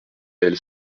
elle